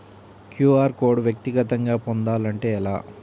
QR code వ్యక్తిగతంగా పొందాలంటే ఎలా?